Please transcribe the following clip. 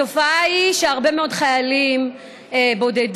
התופעה היא שהרבה מאוד חיילים בודדים